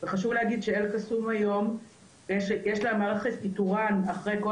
וחשוב להגיד שאל-קסום היום יש לה מערכת איתורן אחרי כל